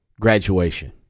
graduation